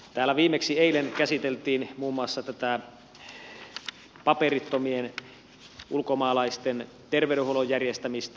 täällä viimeksi eilen käsiteltiin muun muassa tätä paperittomien ulkomaalaisten terveydenhuollon järjestämistä